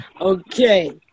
Okay